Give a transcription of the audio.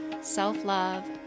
self-love